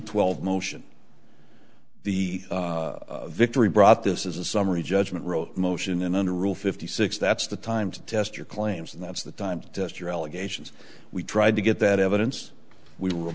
twelve motion the victory brought this is a summary judgment row motion and under rule fifty six that's the time to test your claims and that's the time to test your allegations we tried to get that evidence we